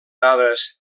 dades